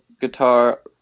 guitar